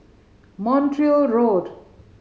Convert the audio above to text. Montreal Road